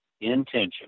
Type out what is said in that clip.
intention